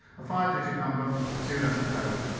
a five digit number, a two-letter code.